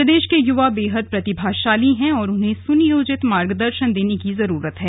प्रदेश के युवा बेहद प्रतिभाशाली हैं और उन्हें सुनियोजित मार्गदर्शन देने की जरूरत है